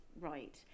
right